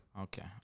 Okay